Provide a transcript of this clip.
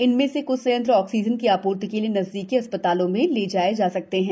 इनमें से क्छ संयंत्र ऑक्सीजन की आप्र्ति के लिए नजदीकी अस् तालों में ले जाए जा सकते हैं